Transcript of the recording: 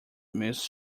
miss